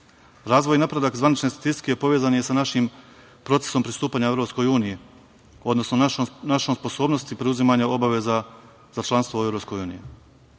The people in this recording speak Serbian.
i napredak zvanične statistike povezan je sa našim procesom pristupanja EU, odnosno našom sposobnosti preuzimanja obaveza za članstvo u